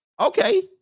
Okay